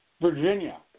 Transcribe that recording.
Virginia